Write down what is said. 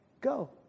go